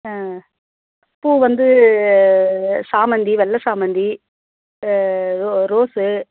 ஆ பூ வந்து சாமந்தி வெள்ளை சாமந்தி ரோ ரோஸ்ஸு